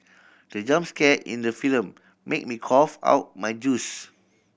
the jump scare in the film made me cough out my juice